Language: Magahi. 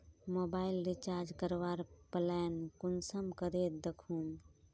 मोबाईल रिचार्ज करवार प्लान कुंसम करे दखुम?